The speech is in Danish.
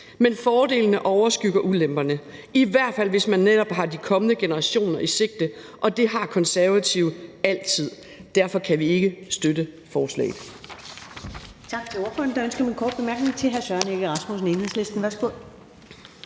Men fordelene overskygger ulemperne, i hvert fald hvis man netop har de kommende generationer i sigte, og det har Konservative altid. Derfor kan vi ikke støtte forslaget.